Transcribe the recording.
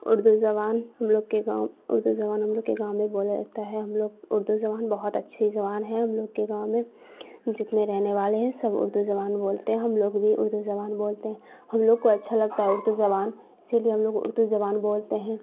اردو زبان ہم لوگ کے گاؤں اردو زبان ہم لوگ کے گاؤں میں بولا جاتا ہے ہم لوگ اردو زبان بہت اچھی زبان ہے ہم لوگ کے گاؤں میں جتنے رہنے والے ہیں سب اردو زبان بولتے ہیں ہم لوگ بھی اردو زبان بولتے ہیں ہم لوگ کو اچھا لگتا ہے اردو زبان اسی لیے ہم لوگ اردو زبان بولتے ہیں